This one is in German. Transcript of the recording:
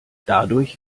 dadurch